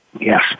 Yes